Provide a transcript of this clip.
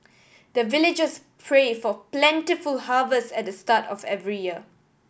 the villagers pray for plentiful harvest at the start of every year